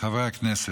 חברי הכנסת,